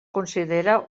considera